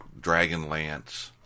Dragonlance